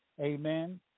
Amen